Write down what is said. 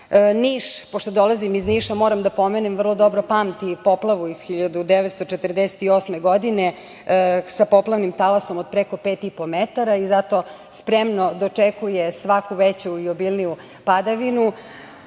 dolazim iz Niša, moram da pomenem da Niš vrlo dobro pamti poplavu iz 1948. godine, sa poplavnim talasom od preko 5,5 metara i zato spremno dočekuje svaku veću i obilniju padavinu.